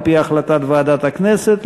על-פי החלטת ועדת הכנסת.